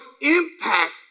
impact